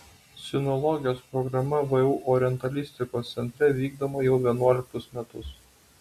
sinologijos programa vu orientalistikos centre vykdoma jau vienuoliktus metus